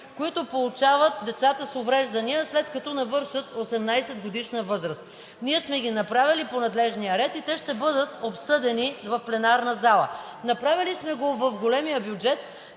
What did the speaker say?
които получават децата с увреждания, след като навършат 18-годишна възраст. Ние сме ги направили по надлежния ред и те ще бъдат обсъдени в пленарната зала. Направили сме го в големия бюджет,